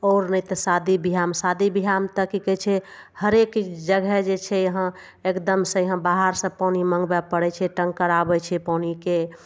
आओर नहि तऽ शादी बियाहमे शादी बियाहमे तऽ की कहय छै हरेक जगह जे छै यहाँ एकदमसँ यहाँ बहरसँ पानि मङ्गबय पड़य छै टङ्कर आबय छै पानिके